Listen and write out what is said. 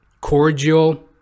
cordial